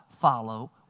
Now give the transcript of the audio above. follow